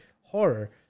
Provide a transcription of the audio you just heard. horror